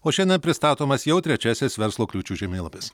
o šiandien pristatomas jau trečiasis verslo kliūčių žemėlapis